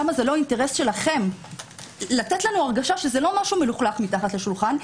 זה לא אינטרס שלכם לתת לנו הרגשה שזה לא משהו מלוכלך מתחת לשולחן,